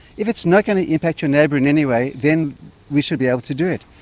if it's not going to impact your neighbour in any way, then we should be able to do it.